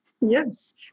yes